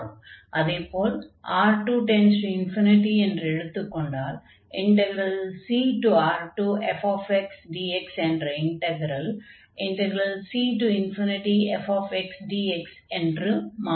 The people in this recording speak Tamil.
அதே போல் R2→∞ என்று எடுத்துக் கொண்டால் cR2fxdx என்ற இன்டக்ரல் cfxdx என்று மாறும்